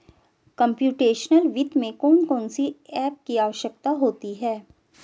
computational वित्त में कौन कौन सी एप की आवश्यकता होती है